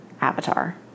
Avatar